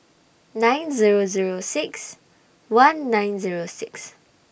nine Zero Zero six one nine Zero six